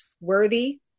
worthy